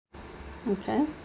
okay